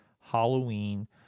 Halloween